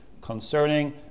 concerning